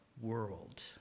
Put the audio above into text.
world